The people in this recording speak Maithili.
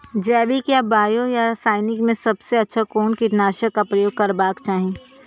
जैविक या बायो या रासायनिक में सबसँ अच्छा कोन कीटनाशक क प्रयोग करबाक चाही?